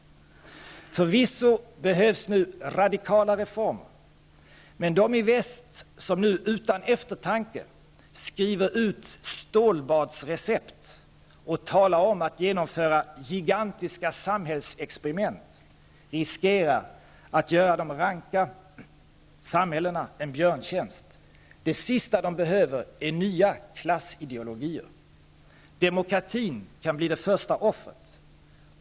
Förvisso behövs nu radikala reformer. Men de i väst som nu utan eftertanke skriver ut stålbadsrecept och talar om att genomföra ''gigantiska samhällsexperiment'' riskerar att göra de ranka samhällena en björntjänst. Det sista de behöver är nya klassideologier. Demokratin kan bli det första offret.